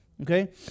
Okay